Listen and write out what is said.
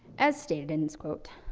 as stated in this quote,